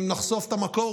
אם נחשוף את המקור,